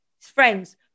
friends